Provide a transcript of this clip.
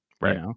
right